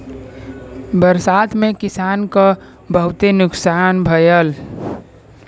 बरसात में किसान क बहुते नुकसान भयल